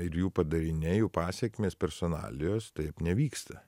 ir jų padariniai jų pasekmės personalijos taip nevyksta